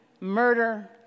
murder